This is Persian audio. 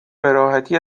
براحتی